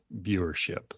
viewership